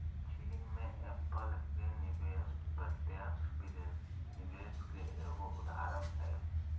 चीन मे एप्पल के निवेश प्रत्यक्ष विदेशी निवेश के एगो उदाहरण हय